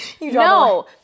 no